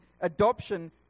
adoption